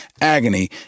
agony